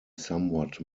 somewhat